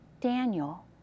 Daniel